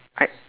I